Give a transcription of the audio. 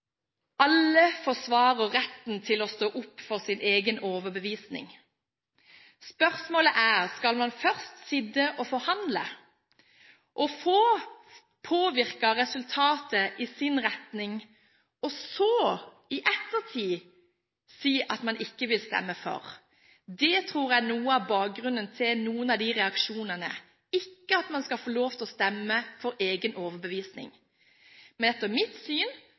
Alle forsvarer retten til å stå opp for sin egen overbevisning, men spørsmålet er om man først kan sitte og forhandle og påvirke resultatet i sin retning, for så – i ettertid – å si at man ikke vil stemme for det? Det tror jeg er noe av bakgrunnen for noen av disse reaksjonene, ikke om man skal få lov til å stemme for egen overbevisning. Etter mitt syn